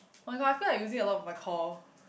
oh my god I feel like using a lot of the call